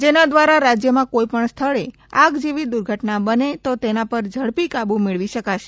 જેના દ્વારા રાજ્યમાં કોઇ પણ સ્થળે આગ જેવી દુર્ઘટના બને તો તેના પર ઝડપી કાબૂ મે ળવી શકાશે